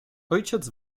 ojciec